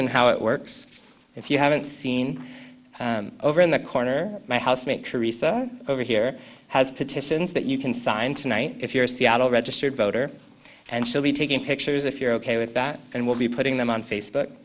and how it works if you haven't seen over in the corner my housemate career over here has petitions that you can sign tonight if you're a seattle registered voter and she'll be taking pictures if you're ok with that and we'll be putting them on face